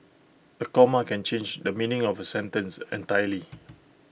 A comma can change the meaning of A sentence entirely